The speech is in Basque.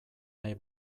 nahi